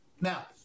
Now